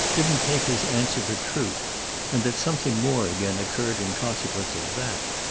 didn't take his answer for truth and that something more again occurred in consequence of that.